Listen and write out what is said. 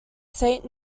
saint